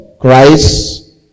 Christ